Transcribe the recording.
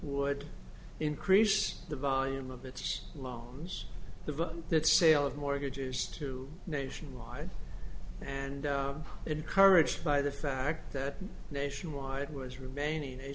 would increase the volume of its lungs the that sale of mortgages to nationwide and it encouraged by the fact that nationwide was remaining a